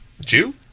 Jew